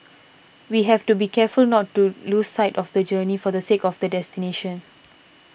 we have to be careful not to lose sight of the journey for the sake of the destination